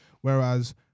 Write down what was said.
Whereas